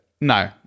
No